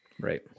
right